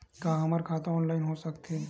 का हमर खाता ऑनलाइन हो सकथे?